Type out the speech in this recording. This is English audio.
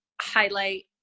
highlight